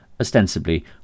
ostensibly